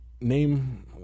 name